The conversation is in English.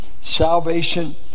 salvation